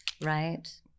right